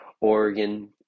Oregon